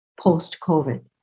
post-COVID